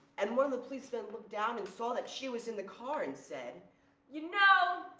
and one of the policemen looked down and saw that she was in the car and said you know,